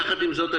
יחד עם זאת,